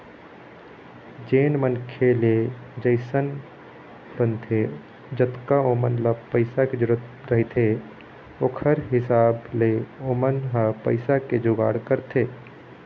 जेन मनखे ले जइसन बनथे जतका ओमन ल पइसा के जरुरत रहिथे ओखर हिसाब ले ओमन ह पइसा के जुगाड़ करथे